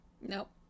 Nope